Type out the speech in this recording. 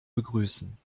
begrüßen